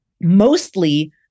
mostly